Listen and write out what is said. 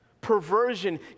perversion